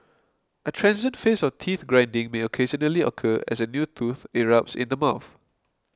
a transient phase of teeth grinding may occasionally occur as a new tooth erupts in the mouth